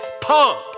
pump